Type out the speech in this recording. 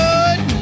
Good